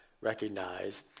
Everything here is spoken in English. recognize